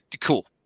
cool